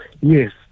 Yes